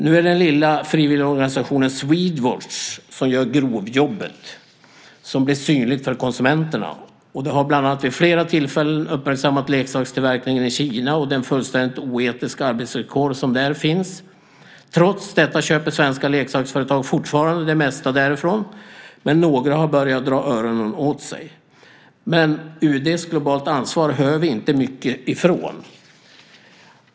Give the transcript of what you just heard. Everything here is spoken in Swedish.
Nu är det den lilla frivilligorganisationen Swedwatch som gör grovjobbet, det som blir synligt för konsumenterna. De har bland annat vid flera tillfällen uppmärksammat leksakstillverkningen i Kina och de fullständigt oetiska arbetsvillkor som där finns. Trots detta köper svenska leksaksföretag fortfarande det mesta därifrån, men några har börjat dra öronen åt sig. UD:s Globalt ansvar hör vi emellertid inte mycket från.